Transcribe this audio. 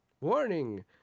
warning